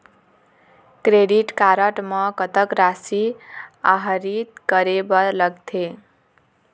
Credit card म कतक राशि आहरित करे बर लगथे?